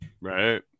right